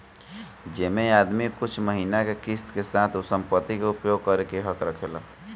जेमे आदमी कुछ महिना के किस्त के साथ उ संपत्ति के उपयोग करे के हक रखेला